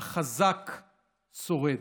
החזק שורד.